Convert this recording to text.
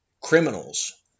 criminals